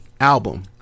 album